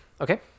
Okay